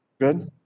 Good